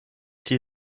die